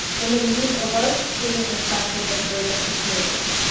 and then, use a large spoon or spatula to break up the tomatoes.